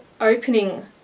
opening